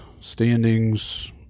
standings